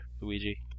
Luigi